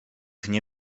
nie